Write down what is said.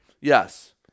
Yes